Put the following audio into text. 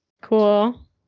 cool